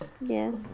Yes